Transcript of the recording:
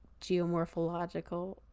geomorphological